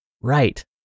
Right